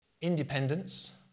independence